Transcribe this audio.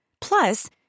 Plus